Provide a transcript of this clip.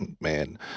man